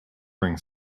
bring